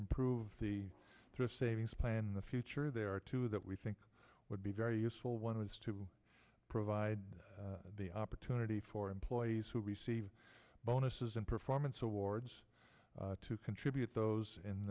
improve the thrift savings plan the future there are two that we think would be very useful one is to provide the opportunity for employees who receive bonuses and performance awards to contribute those in